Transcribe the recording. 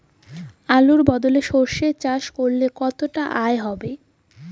আলুর বদলে সরষে চাষ করলে কতটা আয় হবে?